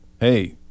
hey